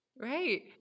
Right